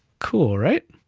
cool, right?